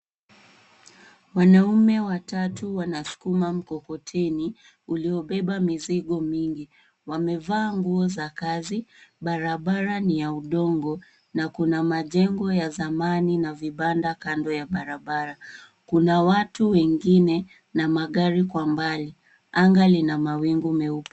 Wanaume watatu wanskuma mkokoteni uliobeba mizigo mingi. Wamevaa nguo za kazi, barabara ni ya udongo na kuna majengo ya zamani na vibanda kando ya barabara. Kuna watu wengine na magari kwa mbali. Anga lina mawingu meupe.